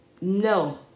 No